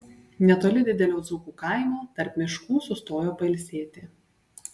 netoli didelio dzūkų kaimo tarp miškų sustojo pailsėti